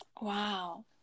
Wow